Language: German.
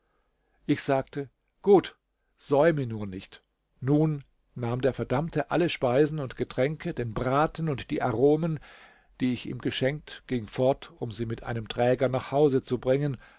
ich sagte gut säume nur nicht nun nahm der verdammte alle speisen und getränke den braten und die aromen die ich ihm geschenkt ging fort um sie mit einem träger nach hause zu bringen